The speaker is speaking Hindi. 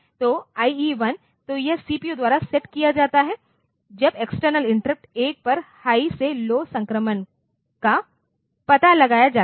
तो IE1 तो यह CPU द्वारा सेट किया जाता है जब एक्सटर्नल इंटरप्ट 1 पर हाई से लौ संक्रमण का पता लगाया जाता है